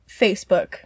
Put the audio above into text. Facebook